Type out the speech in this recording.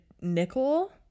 nickel